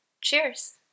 cheers